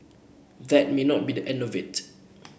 that may not be the end of it